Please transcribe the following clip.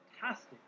fantastic